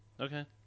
Okay